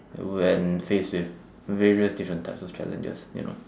when faced with various different types of challenges you know